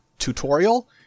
tutorial